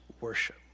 worship